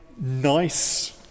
nice